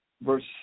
Verse